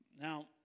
now